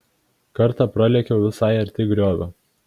kartą pralėkiau visai arti griovio